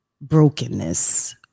brokenness